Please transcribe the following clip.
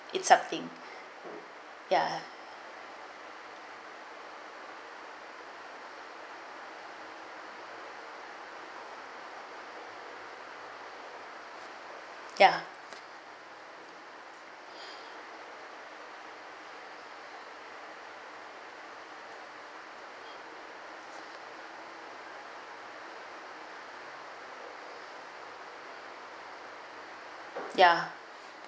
eat something ya ya ya